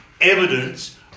evidence